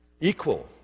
Equal